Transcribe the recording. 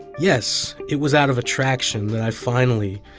yes, it was out of attraction that i finally,